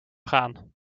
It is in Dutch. gaan